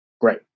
great